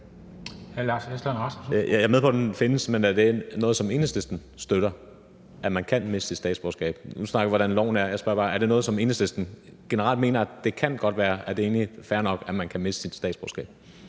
Jeg er med på, at den findes, men er det noget, som Enhedslisten støtter, altså at man kan miste sit statsborgerskab? Nu snakker vi om, hvordan loven er, men jeg spørger bare, om Enhedslisten generelt mener, at det egentlig er fair nok, at man kan miste sit statsborgerskab.